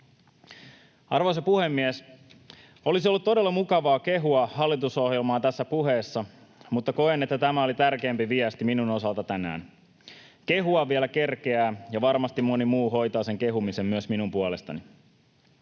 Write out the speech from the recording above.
Arvoisa puhemies! Olisi ollut todella mukavaa kehua hallitusohjelmaa tässä puheessa, mutta koen, että tämä oli tärkeämpi viesti minun osaltani tänään. Kehua vielä kerkeää, ja varmasti moni muu hoitaa sen kehumisen myös minun puolestani.